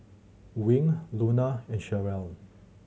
Wing Luna and Cherelle